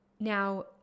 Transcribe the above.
Now